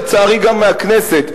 ולצערי גם בכנסת,